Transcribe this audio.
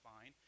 fine